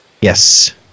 Yes